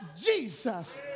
Jesus